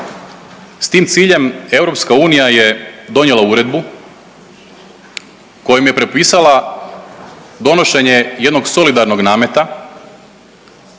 S tim ciljem EU je donijela uredbu kojom je propisala donošenje jednog solidarnog nameta